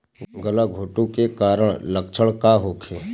गलघोंटु के कारण लक्षण का होखे?